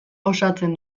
osatzen